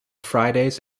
fridays